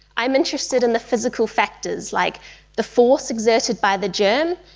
i'm interested in the physical factors like the force exerted by the germ,